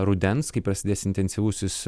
rudens kai prasidės intensyvusis